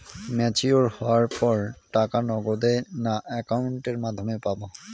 Mature হওয়ার পর টাকা নগদে না অ্যাকাউন্টের মাধ্যমে পাবো?